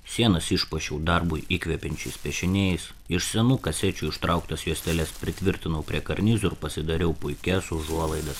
sienas išpuošiau darbui įkvepiančiais piešiniais iš senų kasečių ištrauktas juosteles pritvirtinau prie karnizų ir pasidariau puikias užuolaidas